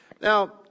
now